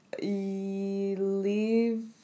leave